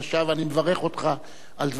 ואני מברך אותך על דבריך,